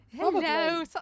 Hello